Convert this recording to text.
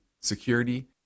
security